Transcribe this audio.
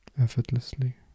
effortlessly